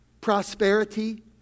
prosperity